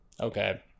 Okay